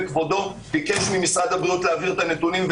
וכבודו ביקש ממשרד הבריאות להעביר את הנתונים,